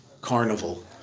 carnival